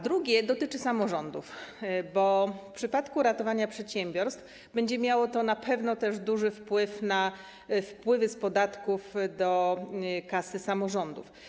Drugie pytanie dotyczy samorządów, bo w przypadku ratowania przedsiębiorstw będzie to miało na pewno duży wpływ na wpływy z podatków do kas samorządów.